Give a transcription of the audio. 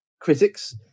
critics